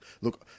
Look